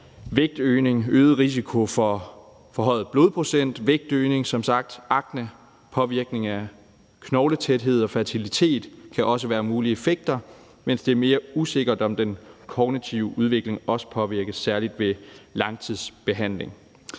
øget risiko for forhøjet blodprocent og akne. Påvirkning af knogletæthed og fertilitet kan også være mulige effekter, mens det er mere usikkert, om den kognitive udvikling også påvirkes særlig ved langtidsbehandling.